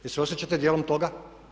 Jel' se osjećate dijelom toga?